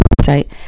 website